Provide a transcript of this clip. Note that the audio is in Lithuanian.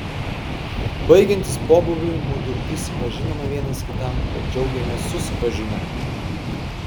baigiantis pobūviui mudu prisipažinome vienas kitam kad džiaugėmės susipažinę